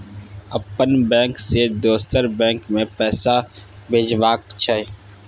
अपन बैंक से दोसर बैंक मे पैसा भेजबाक छै?